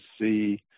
see